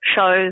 shows